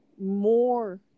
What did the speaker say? more